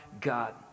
God